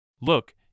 Look